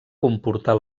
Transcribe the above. comportar